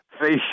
face